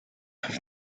have